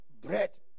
bread